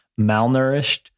malnourished